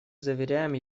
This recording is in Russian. заверяем